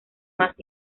más